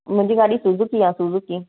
मुंहिंजी गाॾी सुज़ुकी आहे सुज़ुकी